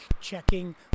checking